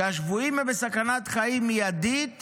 כשהשבויים הם בסכנת חיים מיידית